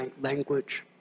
language